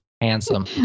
Handsome